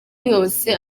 yose